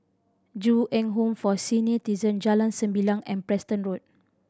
Ju Eng Home for Senior Jalan Sembilang and Preston Road